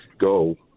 go